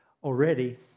Already